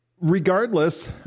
Regardless